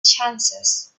chances